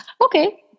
Okay